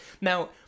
Now